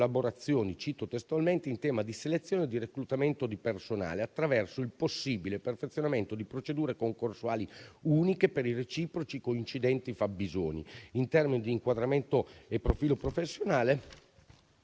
collaborazione - che cito testualmente - in tema di selezione e di reclutamento di personale, attraverso il possibile perfezionamento di procedure concorsuali uniche per i reciproci coincidenti fabbisogni in termini di inquadramento e profilo professionale